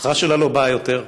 המשפחה שלה לא באה יותר.